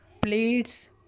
plates